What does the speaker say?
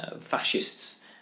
fascists